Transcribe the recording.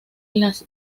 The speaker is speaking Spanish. las